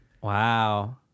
Wow